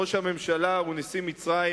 ראש הממשלה ונשיא מצרים,